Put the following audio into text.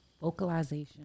Vocalization